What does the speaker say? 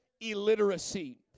illiteracy